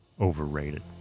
overrated